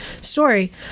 story